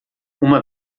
uma